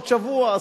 עוד שבוע,